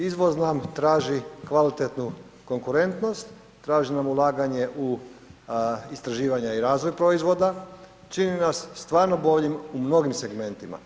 Izvoz nam traži kvalitetnu konkurentnost, traži nam ulaganje u istraživanje i razvoj proizvoda, čini na stvarno boljim u mnogim segmentima.